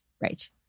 right